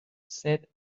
said